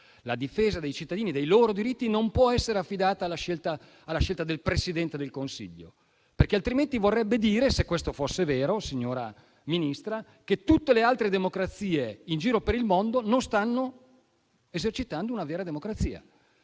La difesa dei cittadini e dei loro diritti non può essere affidata alla scelta del Presidente del Consiglio, perché altrimenti vorrebbe dire - se questo fosse vero, signora Ministra - che tutte le altre democrazie in giro per il mondo non stanno esercitando una vera democrazia,